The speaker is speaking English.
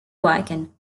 wagon